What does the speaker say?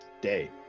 Day